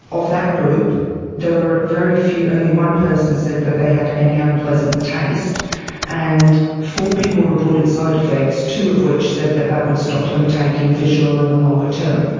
of that group there were very few, only one person said they had any unpleasant taste and four people reported side effects. two of which said that that would stop them taking fish oil in the longer term.